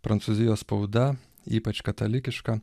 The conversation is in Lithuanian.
prancūzijos spauda ypač katalikiška